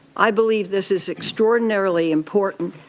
i believe this is extraordinarily important.